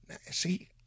see